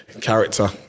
character